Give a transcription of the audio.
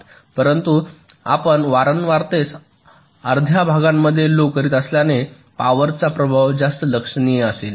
परंतु आपण वारंवारतेस अर्ध्या भागामध्ये लो करत असल्याने पॉवर चा प्रभाव जास्त लक्षणीय असेल